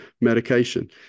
medication